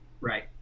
right